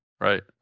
Right